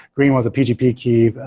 green was a pgp key, but